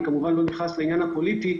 אני לא רוצה להיכנס לעניין הפוליטי,